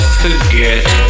forget